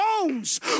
bones